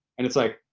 and it's like,